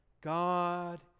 God